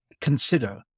consider